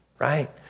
right